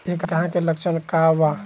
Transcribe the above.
डकहा के लक्षण का वा?